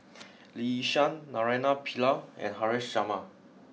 Lee Yi Shyan Naraina Pillai and Haresh Sharma